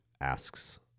asks